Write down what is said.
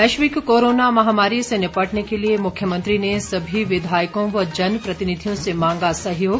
वैश्विक कोरोना महामारी से निपटने के लिए मुख्यमंत्री ने सभी विधायकों व जन प्रतिनिधियों से मांगा सहयोग